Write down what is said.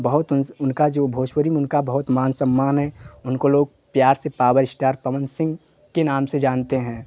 बहुत उन से उनका जो भोजपुरी उनका बहुत मान सम्मान है उनको लोग प्यार से पॉवर स्टार पवन सिंह के नाम से जानते हैं